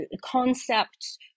concepts